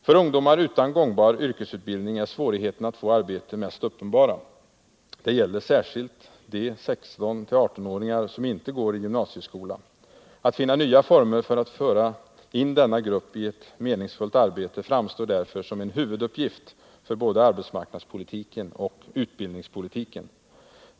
För ungdomar utan gångbar yrkesutbildning är svårigheterna att få arbete mest uppenbara. Det gäller särskilt de 16-18-åringar, som inte går i gymnasieskola. Att finna nya former för att föra in denna grupp i ett meningsfullt arbete framstår därför som en huvuduppgift för både arbetsmarknadspolitiken och utbildningspolitiken.